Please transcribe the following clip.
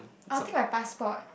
I will take my passport